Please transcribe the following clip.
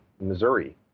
Missouri